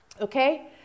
okay